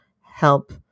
help